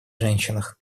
женщинах